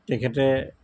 তেখেতে